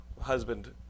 husband